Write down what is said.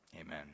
Amen